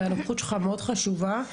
והנוכחות שלך כאן היא חשובה מאוד.